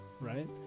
Right